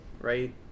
right